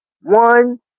one